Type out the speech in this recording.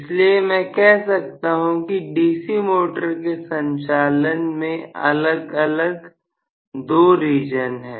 इसलिए मैं कह सकता हूं कि DC मोटर के संचालन के अलग अलग दो रीजन हैं